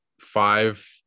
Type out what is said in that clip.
five